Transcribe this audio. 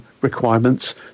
requirements